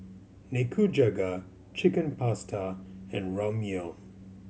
Nikujaga Chicken Pasta and Ramyeon